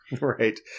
right